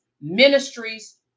ministries